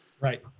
right